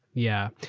yeah,